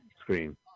screen